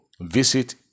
visit